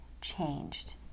changed